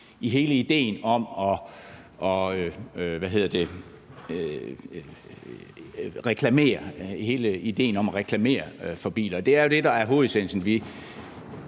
i hele idéen om at reklamere for biler. Og det er jo det, der er hovedessensen.